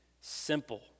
simple